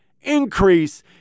increase